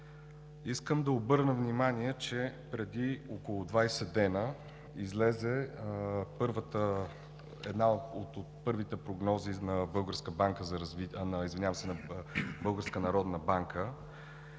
Искам да обърна внимание, че преди около 20 дни излезе една от първите прогнози на Българската народна банка,